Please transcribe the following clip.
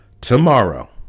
tomorrow